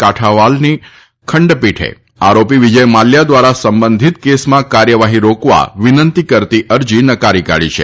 કાઠાવાલની ખંડપીઠે આરોપી વિજય માલ્યા દ્વારા સંબંધીત કેસમાં કાર્યવાહી રોકવા વિનંતી કરતી અરજી નકારી કાઢી છે